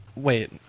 Wait